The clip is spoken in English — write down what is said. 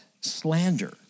slander